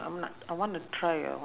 I see